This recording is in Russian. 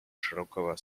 широкого